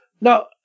Now